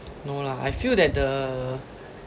no lah I feel that the